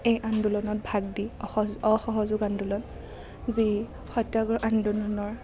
এই আন্দোলনত ভাগ দি অস অসহযোগ আন্দোলন যি সত্যাগ্ৰহ আন্দোলনৰ